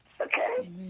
Okay